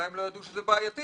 אולי הם לא ידעו שזה בעייתי.